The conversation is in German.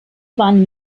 waren